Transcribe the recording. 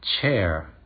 chair